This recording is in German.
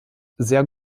sehr